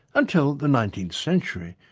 until the nineteenth century.